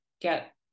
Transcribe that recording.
get